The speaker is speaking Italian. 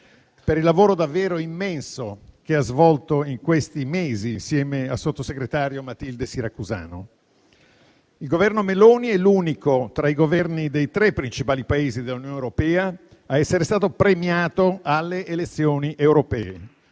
per il lavoro davvero immenso che ha svolto in questi mesi, insieme al sottosegretario Matilde Siracusano. Il Governo Meloni è l'unico, tra i Governi dei tre principali Paesi dell'Unione europea, a essere stato premiato alle elezioni europee,